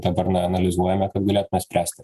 dabar analizuojame kad galėtume spręsti